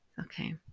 okay